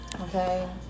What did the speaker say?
Okay